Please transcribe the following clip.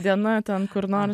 viena ten kur nor